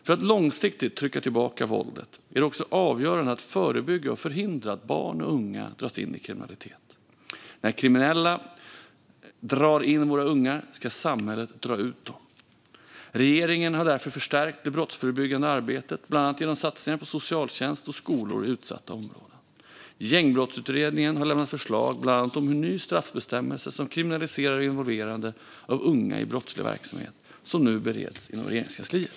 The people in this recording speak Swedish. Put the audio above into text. För att långsiktigt trycka tillbaka våldet är det också avgörande att förebygga och förhindra att barn och unga dras in i kriminalitet. När kriminella drar in våra ungar ska samhället dra ut dem. Regeringen har därför förstärkt det brottsförebyggande arbetet, bland annat genom satsningar på socialtjänst och skolor i utsatta områden. Gängbrottsutredningen har lämnat förslag, bland annat om en ny straffbestämmelse som kriminaliserar involverande av unga i brottslig verksamhet. Den bereds nu i Regeringskansliet.